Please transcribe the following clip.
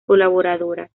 colaboradora